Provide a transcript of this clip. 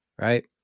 Right